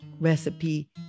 recipe